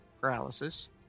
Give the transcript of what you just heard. paralysis